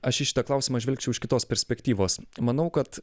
aš į šitą klausimą žvelgčiau iš kitos perspektyvos manau kad